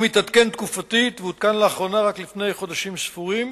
מתעדכן תקופתית ועודכן לאחרונה רק לפני חודשים ספורים.